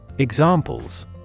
Examples